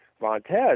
Montez